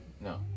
No